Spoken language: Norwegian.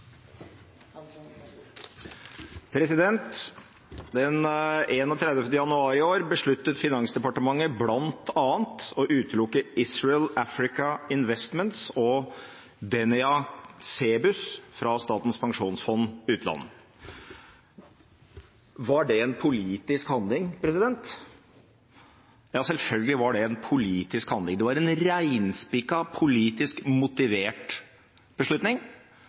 han skal på talerstolen, for å kunne uttrykke seg på en litt mer parlamentarisk måte. Den 31. januar i år besluttet Finansdepartementet bl.a. å utelukke Israel Africa Investments og Danya Cebus fra Statens pensjonsfond utland. Var det en politisk handling? Ja, selvfølgelig var det en politisk handling. Det var en reinspikka politisk